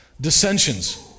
Dissensions